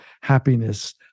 happiness